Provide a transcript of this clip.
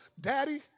daddy